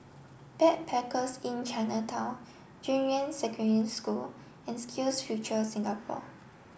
Backpackers Inn Chinatown Junyuan Secondary School and SkillsFuture Singapore